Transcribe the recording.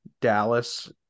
Dallas